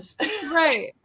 Right